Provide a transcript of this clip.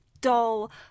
dull